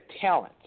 talent